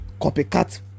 copycat